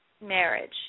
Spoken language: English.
marriage